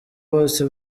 bose